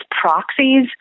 proxies